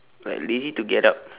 like lazy to get up